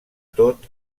tot